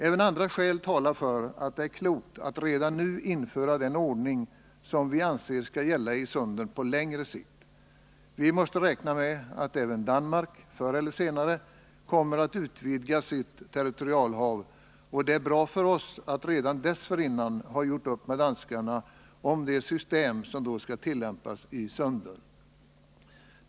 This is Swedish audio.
Även andra skäl talar för att det är klokt att redan nu införa den ordning som vi anser skall gälla i sunden på längre sikt. Vi måste räkna med att även Danmark, förr eller senare, kommer att utvidga sitt territorialhav, och det är bra för oss att redan dessförinnan ha gjort upp med danskarna om det system som då skall tillämpas i sunden.